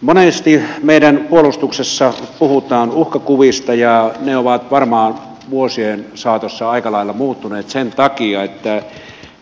monesti meidän puolustuksessa puhutaan uhkakuvista ja ne ovat varmaan vuosien saatossa aika lailla muuttuneet sen takia että